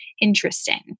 interesting